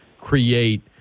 create